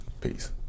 Peace